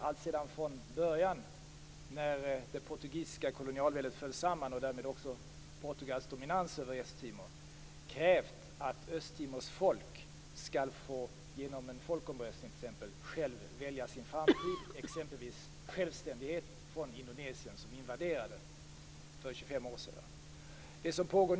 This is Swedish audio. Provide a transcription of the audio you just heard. Alltsedan det portugisiska kolonialväldet föll samman och Portugals dominans över Östtimor upphörde har vi krävt att Östtimors folk genom t.ex. en folkomröstning självt skall få välja sin framtid, exempelvis självständighet från Indonesien som för 25 år sedan invaderade Östtimor.